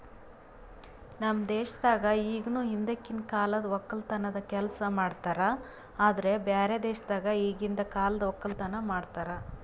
ನಮ್ ದೇಶದಾಗ್ ಇಗನು ಹಿಂದಕಿನ ಕಾಲದ್ ಒಕ್ಕಲತನದ್ ಕೆಲಸ ಮಾಡ್ತಾರ್ ಆದುರ್ ಬ್ಯಾರೆ ದೇಶದಾಗ್ ಈಗಿಂದ್ ಕಾಲದ್ ಒಕ್ಕಲತನ ಮಾಡ್ತಾರ್